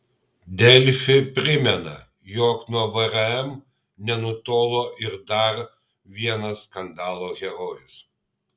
delfi primena jog nuo vrm nenutolo ir dar vienas skandalo herojus